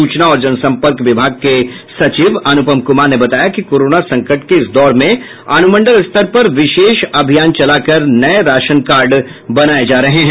सूचना जन संपर्क विभाग के सचिव अनुपम कुमार ने बताया कि कोरोना संकट के इस दौर में अनुमंडल स्तर पर विशेष अभियान चलाकर नये राशन कार्ड बनाये जा रहे हैं